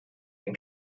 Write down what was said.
den